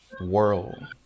world